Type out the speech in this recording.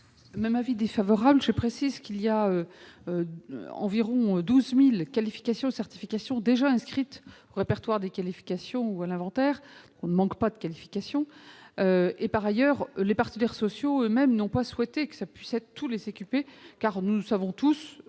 Même avis défavorable. Je précise qu'environ 12 000 qualifications et certifications sont déjà inscrites au répertoire des qualifications ou à l'inventaire. On ne manque donc pas de qualifications ! Par ailleurs, les partenaires sociaux eux-mêmes n'ont pas souhaité que tous les CQP soient éligibles.